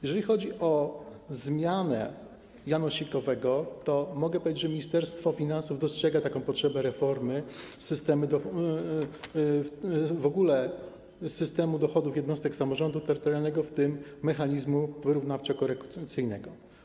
Jeżeli chodzi o zmianę janosikowego, to mogę powiedzieć, że Ministerstwo Finansów dostrzega potrzebę reformy w ogóle systemu dochodów jednostek samorządu terytorialnego, w tym mechanizmu wyrównawczo-korekcyjnego.